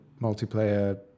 multiplayer